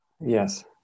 Yes